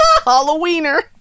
Halloweener